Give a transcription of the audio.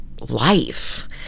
life